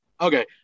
okay